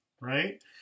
Right